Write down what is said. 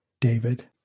David